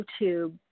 YouTube